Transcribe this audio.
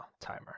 Timer